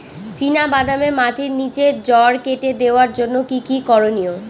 চিনা বাদামে মাটির নিচে জড় কেটে দেওয়ার জন্য কি কী করনীয়?